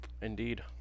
Indeed